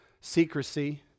secrecy